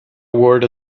word